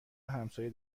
همسایه